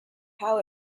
how